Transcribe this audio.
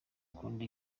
ukunda